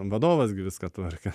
vadovas gi viską tvarkė